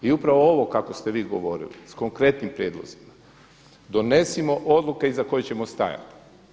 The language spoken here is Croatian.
I upravo ovo kako ste vi govorili s konkretnim prijedlozima, donesimo odluke iza kojih ćemo stajati.